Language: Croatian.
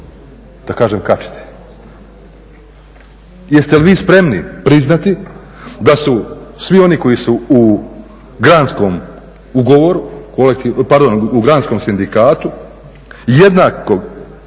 da kažem kačiti. Jeste li vi spremni priznati da su svi oni koji su u granskom ugovoru, pardon u granskom sindikatu jednako